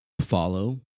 follow